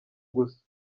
gusa